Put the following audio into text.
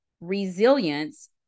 Resilience